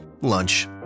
lunch